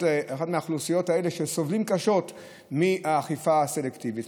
האלה שסובלות קשות מהאכיפה הסלקטיבית.